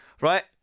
right